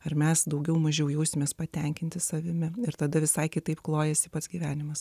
ar mes daugiau mažiau jausimės patenkinti savimi ir tada visai kitaip klojasi pats gyvenimas